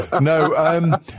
No